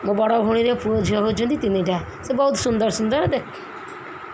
ମୋ ବଡ଼ ଭଉଣୀର ପୁଅ ଝିଅ ହେଉଛନ୍ତି ତିନିଟା ସେ ବହୁତ ସୁନ୍ଦର ସୁନ୍ଦର ଦେଖ